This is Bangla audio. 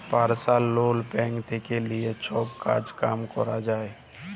পার্সলাল লন ব্যাঙ্ক থেক্যে লিয়ে সব কাজ কাম ক্যরা যায়